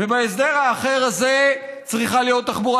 ובהסדר האחר הזה צריכה להיות תחבורה